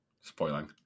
spoiling